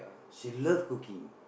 she love cooking